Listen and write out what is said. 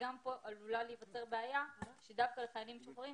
גם כאן עלולה להיווצר בעיה שדווקא לחיילים משוחררים